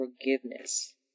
forgiveness